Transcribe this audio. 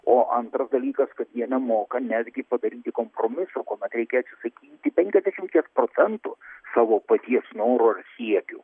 o antras dalykas kad jie nemoka netgi padaryti kompromiso kuomet reikia atsisakyti penkiasdešimties procentų savo paties norų ar siekių